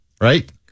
right